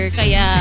kaya